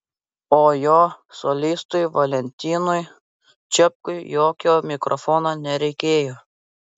o jo solistui valentinui čepkui jokio mikrofono nereikėjo